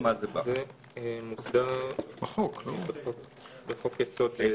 זה מוסדר בחוק-יסוד.